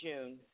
June